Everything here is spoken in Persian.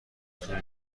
طول